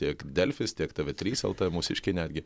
tiek delfis tiek tv trys lt mūsiškiai netgi